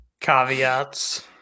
caveats